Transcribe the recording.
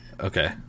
okay